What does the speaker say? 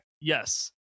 Yes